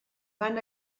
van